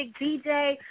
DJ